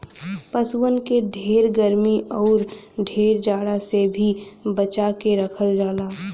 पसुअन के ढेर गरमी आउर ढेर जाड़ा से भी बचा के रखल जाला